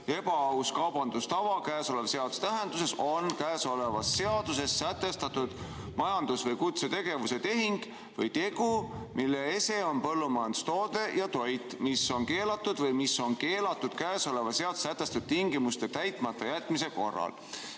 ebaaus kaubandustava käesoleva seaduse tähenduses on käesolevas seaduses sätestatud majandus‑ või kutsetegevuse tehing või tegu, mille ese on põllumajandustoode ja toit, mis on keelatud või mis on keelatud käesolevas seaduses sätestatud tingimuste täitmata jätmise korral.